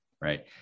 Right